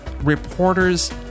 Reporters